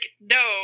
no